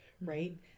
right